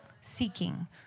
seeking